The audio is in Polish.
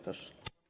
Proszę.